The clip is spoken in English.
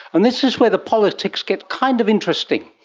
and this is where the politics get kind of interesting.